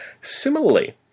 Similarly